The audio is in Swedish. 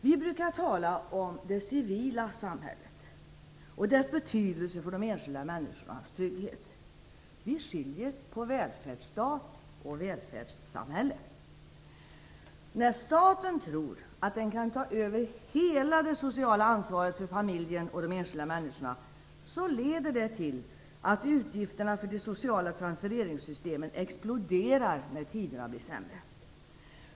Vi brukar tala om "det civila samhället" och dess betydelse för de enskilda människornas trygghet. Vi skiljer på välfärdsstat och välfärdssamhälle. När staten tror att den kan ta över hela det sociala ansvaret för familjen och de enskilda människorna, leder det till att utgifterna för de sociala transfereringssystemen exploderar när tiderna blir sämre.